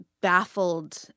baffled